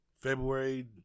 February